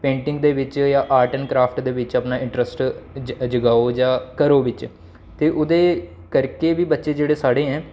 painting दे बिच्च जां आर्ट ऐण्ड क्रैफट दे बिच्च अपना इंट्रस्ट जगाओ जां करो बिच्च ते उ'दे करके बी बच्चे जेह्ड़े साढ़े ऐं